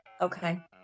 Okay